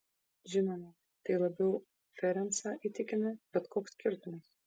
žinoma tai labiau ferencą įtikina bet koks skirtumas